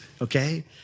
okay